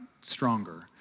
stronger